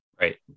right